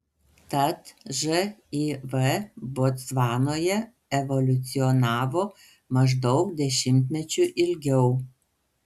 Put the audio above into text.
tad živ botsvanoje evoliucionavo maždaug dešimtmečiu ilgiau